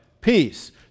peace